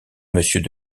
monsieur